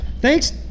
Thanks